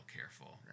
careful